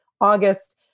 August